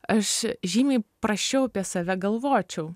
aš žymiai prasčiau apie save galvočiau